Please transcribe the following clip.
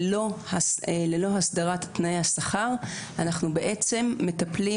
ללא הסדרת תנאי השכר אנחנו בעצם מטפלים